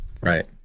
right